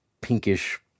pinkish